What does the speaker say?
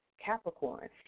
Capricorn